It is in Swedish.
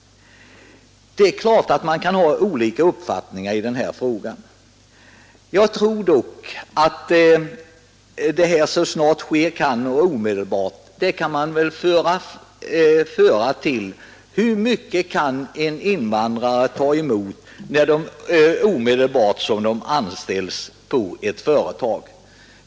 Det är klart att man kan ha olika uppfattningar i denna fråga. Jag tror dock att uttrycket ”så snart det kan ske” kan hänföras till frågan: Hur mycket kan invandrarna ta emot omedelbart när de anställs i ett företag?